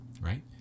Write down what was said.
right